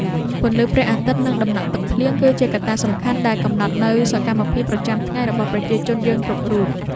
ពន្លឺព្រះអាទិត្យនិងតំណក់ទឹកភ្លៀង គឺជាកត្តាសំខាន់ដែលកំណត់នូវសកម្មភាពប្រចាំថ្ងៃរបស់ប្រជាជនយើងគ្រប់រូប។